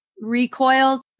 recoiled